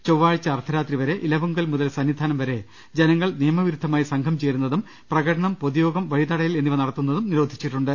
ചൊവ്വാഴ്ച അർദ്ധരാത്രി വരെ ഇലവുങ്കൽ മുതൽ സന്നിധാനം വരെ ജനങ്ങൾ നിയമവി രുദ്ധമായി സംഘം ചേരുന്നതും പ്രകടനം പൊതുയോഗം വഴിതടയൽ എന്നിവ നടത്തുന്നതും നിരോധിച്ചിട്ടുണ്ട്